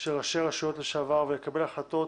של ראשי רשויות לשעבר ולקבל החלטות